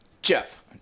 Jeff